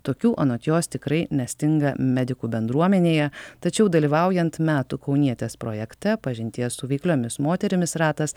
tokių anot jos tikrai nestinga medikų bendruomenėje tačiau dalyvaujant metų kaunietės projekte pažinties su veikliomis moterimis ratas